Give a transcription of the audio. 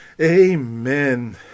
amen